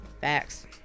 Facts